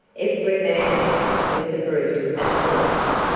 every man of us was a brute at the last.